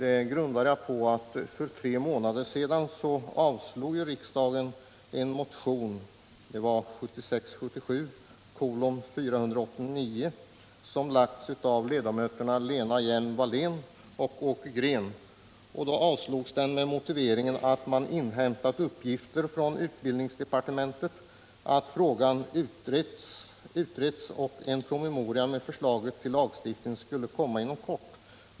Det grundar jag på att för tre månader sedan avslog riksdagen en motion, 1976/ 77:489, som väckts av ledamöterna Lena Hjelm-Wallén och Åke Green, med motiveringen att man från utbildningsdepartementet inhämtat att frågan utretts och att en PM med förslag till lagstiftning skulle komma inom kort.